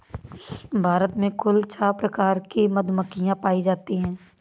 भारत में कुल छः प्रकार की मधुमक्खियां पायी जातीं है